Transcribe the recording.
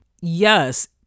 Yes